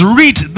read